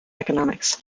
economics